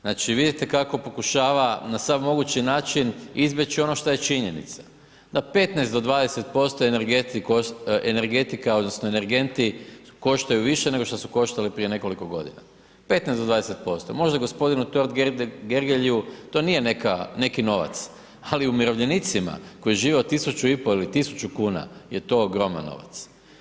Znači, vidite kako pokušava na sav mogući način izbjeći ono šta je činjenica, da 15 do 20% energetika odnosno energenti koštaju više nego što su koštali prije nekoliko godina, 15 do 20%, možda g. Totgergeliju to nije neki novac, ali umirovljenicima koji žive od 1.500,00 ili 1.000,00 kn je to ogroman novac.